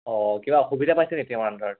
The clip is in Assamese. অঁ কিবা অসুবিধা পাইছে নেকি তেওঁৰ আণ্ডাৰত